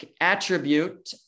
attribute